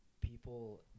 people